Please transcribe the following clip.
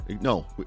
No